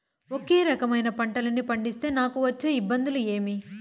ఒకే రకమైన పంటలని పండిస్తే నాకు వచ్చే ఇబ్బందులు ఏమి?